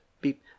beep